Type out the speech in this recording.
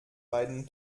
beiden